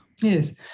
Yes